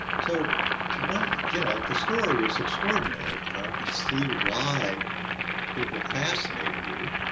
so one, you know, the story is extraordinary and i can see why it would fascinate you.